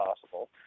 possible